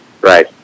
Right